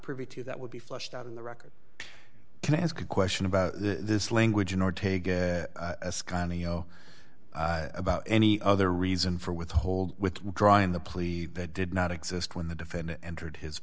privy to that would be fleshed out in the record can i ask a question about this language nor take as canio about any other reason for withhold withdrawing the plea that did not exist when the defendant entered his